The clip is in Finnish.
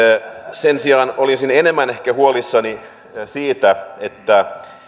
sen sijaan olisin enemmän ehkä huolissani siitä että